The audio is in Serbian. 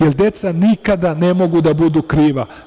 Jer, deca nikada ne mogu da budu kriva.